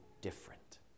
different